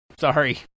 sorry